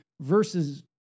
versus